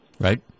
Right